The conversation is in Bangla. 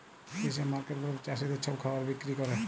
যে ছব মার্কেট গুলাতে চাষীদের ছব খাবার বিক্কিরি ক্যরে